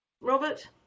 Robert